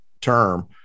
term